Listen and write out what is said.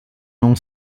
non